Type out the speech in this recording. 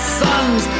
sons